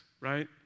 right